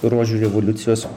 rožių revoliucijos